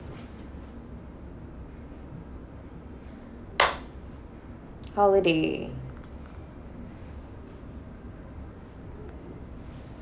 holiday